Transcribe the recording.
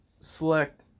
select